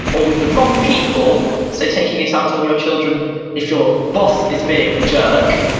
or with the wrong people, so taking it out on your children if your boss is being a jerk,